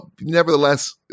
nevertheless